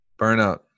Burnout